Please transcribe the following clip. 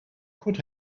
could